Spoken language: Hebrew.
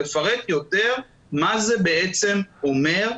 לפרט יותר מה זה בעצם אומר,